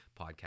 podcast